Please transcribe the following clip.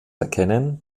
erkennen